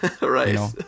Right